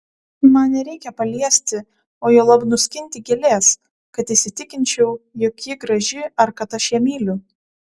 man nereikia paliesti o juolab nuskinti gėlės kad įsitikinčiau jog ji graži ar kad aš ją myliu